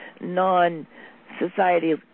non-society